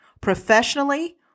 professionally